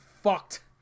fucked